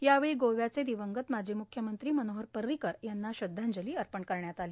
यावेळी गोव्याचे दिवंगत माजी मुख्यमंत्री मनोहर पर्रिकर यांना श्रद्धांजली अर्पण करण्यात आली